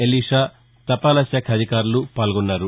Elisha తపాలా శాఖ అధికారులు పాల్గొన్నారు